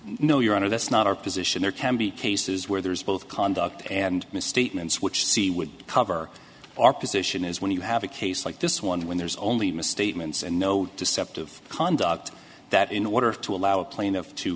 no your honor that's not our position there can be cases where there is both conduct and misstatements which see would cover our position is when you have a case like this one when there's only misstatements and no deceptive conduct that in order to allow a plaintiff to